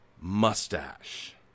mustache